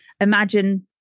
imagine